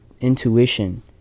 intuition